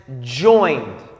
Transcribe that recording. joined